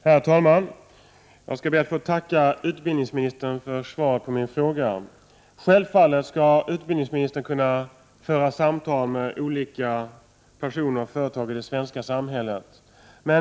Herr talman! Jag skall be att få tacka utbildningsministern för svaret på min fråga. Självfallet skall utbildningsministern kunna föra samtal med olika personer och företag i det svenska samhället.